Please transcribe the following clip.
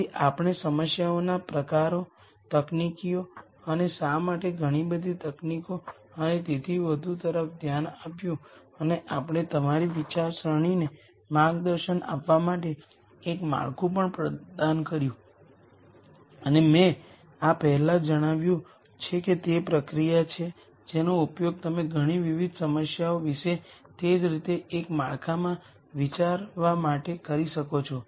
તેથી આપણે સમસ્યાઓના પ્રકારો તકનીકીઓ અને શા માટે ઘણી બધી તકનીકો અને તેથી વધુ તરફ ધ્યાન આપ્યું અને આપણે તમારી વિચારસરણીને માર્ગદર્શન આપવા માટે એક માળખું પણ પ્રદાન કર્યું અને મેં આ પહેલાં જણાવ્યું છે કે તે પ્રક્રિયા છે જેનો ઉપયોગ તમે ઘણી વિવિધ સમસ્યાઓ વિશે તે જ રીતે એક માળખામાં વિચારવા માટે કરી શકો છો